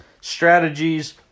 strategies